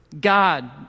God